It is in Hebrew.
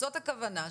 זאת הכוונה.